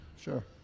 Sure